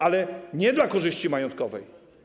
Ale nie dla korzyści majątkowej.